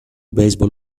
baseball